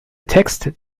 text